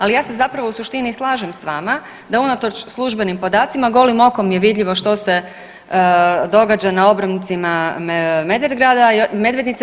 Ali ja se zapravo u suštini slažem sa vama da unatoč službenim podacima, golim okom je vidljivo što se događa na obroncima Medvednice.